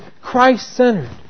Christ-centered